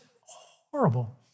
horrible